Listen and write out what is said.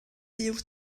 byw